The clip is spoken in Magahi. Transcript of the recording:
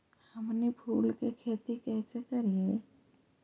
हमनी फूल के खेती काएसे करियय?